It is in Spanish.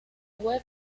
web